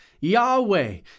Yahweh